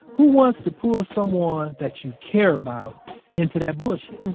who wants to pull someone that you care about into that bullshit? and